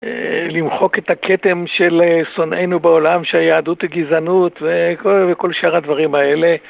למחוק את הכתם של שונאינו בעולם שהיהדות היא גזענות וכל שאר הדברים האלה.